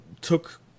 took